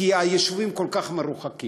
כי היישובים כל כך מרוחקים,